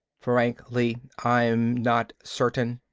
frankly, i'm not certain.